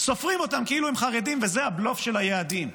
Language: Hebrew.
סופרים אותם כאילו הם חרדים, וזה הבלוף של היעדים.